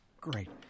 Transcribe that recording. Great